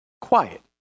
quiet